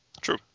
True